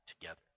together